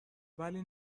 ولی